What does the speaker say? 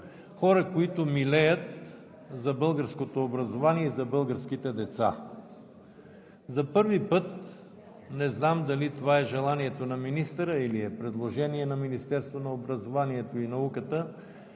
хора, които милеят за българското образование и за българските деца. За първи път, не знам дали е това е желанието на министъра, или е предложение на Министерството на образованието и науката,